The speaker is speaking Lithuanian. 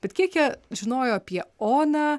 bet kiek jie žinojo apie oną